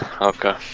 Okay